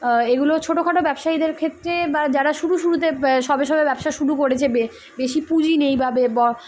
এগুলো ছোটো খাটো ব্যবসীদের ক্ষেত্রে বা যারা শুরু শুরুতে সবে সবে ব্যবসা শুরু করেছে বে বেশি পুঁজি নেই পাবে